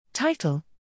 Title